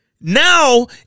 Now